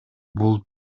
бул